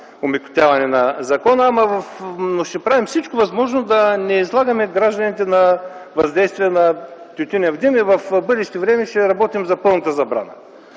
омекотяване на закона, но ще правим всичко възможно да не излагаме гражданите на въздействие на тютюнев дим и в бъдеще време ще работим за пълната забрана.